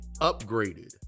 upgraded